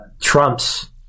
Trump's